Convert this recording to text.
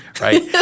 right